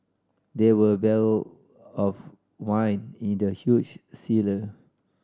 there were barrel of wine in the huge cellar